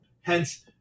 Hence